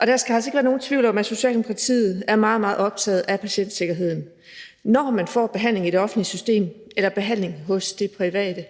Der skal altså ikke være nogen tvivl om, at Socialdemokratiet er meget, meget optaget af patientsikkerheden. Når man får behandling i det offentlige system eller i det private